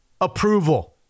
approval